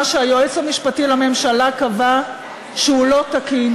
שהיועץ המשפטי לממשלה קבע שהוא לא תקין,